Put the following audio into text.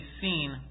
seen